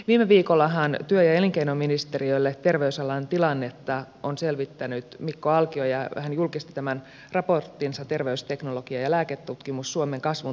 viime viikollahan työ ja elinkeinoministeriölle terveysalan tilannetta on selvittänyt mikko alkio ja hän julkisti tämän raporttinsa terveysteknologia ja lääketutkimus suomen kasvun tukijalkana